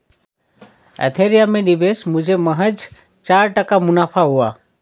Ethereum में निवेश मुझे महज चार टका मुनाफा हुआ